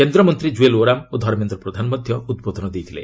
କେନ୍ଦ୍ର ମନ୍ତ୍ରୀ ଜୁଏଲ ଓରାମ ଓ ଧର୍ମେନ୍ଦ୍ର ପ୍ରଧାନ ମଧ୍ୟ ଉଦ୍ବୋଧନ ଦେଇଥିଲେ